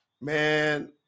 Man